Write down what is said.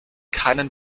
keinen